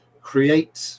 create